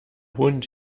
hund